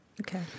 Okay